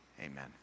amen